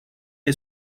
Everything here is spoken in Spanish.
que